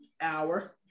hour